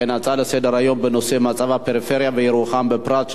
ההצעה לסדר-היום בנושא מצב הפריפריה ובירוחם בפרט,